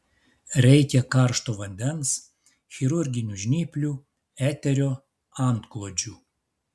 reikia karšto vandens chirurginių žnyplių eterio antklodžių